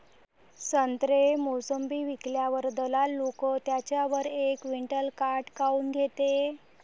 संत्रे, मोसंबी विकल्यावर दलाल लोकं त्याच्यावर एक क्विंटल काट काऊन घेते?